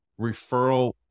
referral